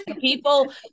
people